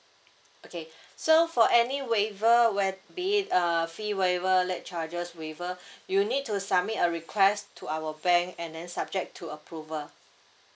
okay so for any waiver where be it err fee waiver late charges waiver you need to submit a request to our bank and then subject to approval